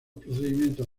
procedimientos